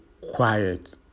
quiet